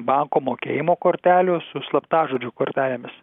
banko mokėjimo kortelių su slaptažodžių kortelėmis